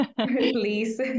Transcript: Please